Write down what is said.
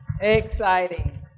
Exciting